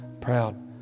proud